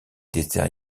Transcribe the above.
dessert